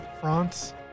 France